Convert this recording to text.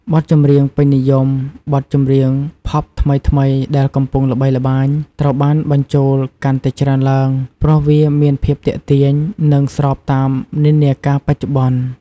បទចម្រៀងពេញនិយម បទចម្រៀង ផប់ថ្មីៗដែលកំពុងល្បីល្បាញត្រូវបានបញ្ចូលកាន់តែច្រើនឡើង ព្រោះវាមានភាពទាក់ទាញ និងស្របតាមនិន្នាការបច្ចុប្បន្ន។